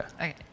Okay